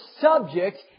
subject